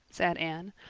said anne,